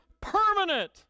permanent